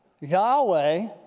Yahweh